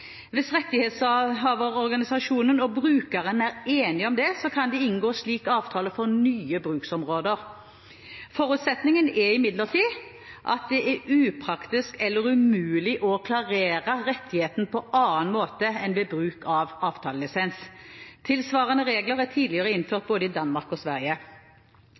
Hvis rettighetshaverorganisasjonen og brukeren er enige om det, kan de inngå slik avtale på nye bruksområder. Forutsetningen er imidlertid at det er upraktisk eller umulig å klarere rettigheten på annen måte enn ved bruk av avtalelisens. Tilsvarende regler er tidligere innført både i Danmark og i Sverige.